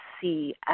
see